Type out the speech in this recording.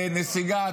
נסיגה,